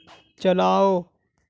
چلاؤ